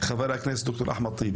חבר הכנסת אחמד טיבי,